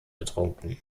getrunken